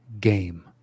game